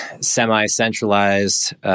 semi-centralized